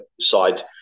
side